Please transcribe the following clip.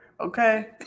Okay